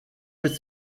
with